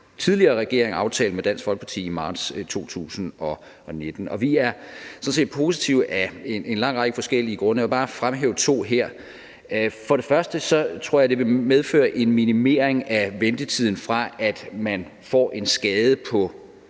tidligere regering aftalte med Dansk Folkeparti i marts 2019. Vi er sådan set positive af en lang række forskellige grunde, og jeg vil bare fremhæve to her. For det første tror jeg, at det vil medføre en minimering af ventetiden, fra man får en skade på